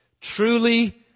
Truly